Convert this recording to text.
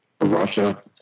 Russia